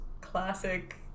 classic